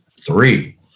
three